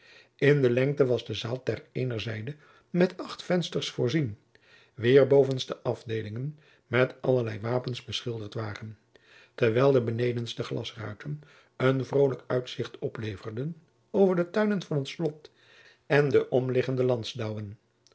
in de lengte was de zaal ter eener zijde met acht vensters voorzien wier bovenste afdeelingen met allerlei wapens beschilderd waren terwijl de benedenste glasruiten een vrolijk uitzicht opleverden over de tuinen van het slot en de omliggende landsdouwen